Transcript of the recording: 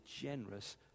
generous